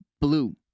blue